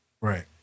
Right